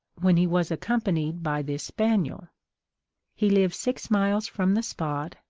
when he was accompanied by this spaniel he lived six miles from the spot,